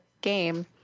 game